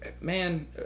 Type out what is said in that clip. man